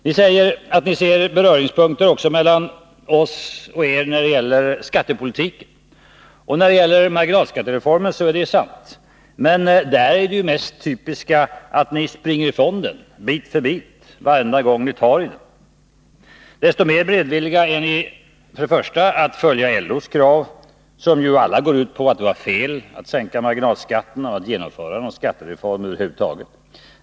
Ni säger att ni ser beröringspunkter mellan oss och er också när det gäller skattepolitiken. I fråga om marginalskattereformen är det sant. Men där är ju det mest typiska att ni springer ifrån den, bit för bit, varenda gång ni tar upp den. För det första är ni desto mer beredvilliga att följa LO:s krav, som ju alla går ut på att det var fel att sänka marginalskatterna och att genomföra någon skattereform över huvud taget.